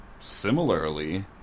similarly